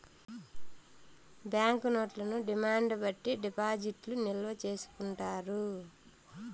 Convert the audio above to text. bank నోట్లను demand బట్టి డిపాజిట్లు నిల్వ చేసుకుంటారు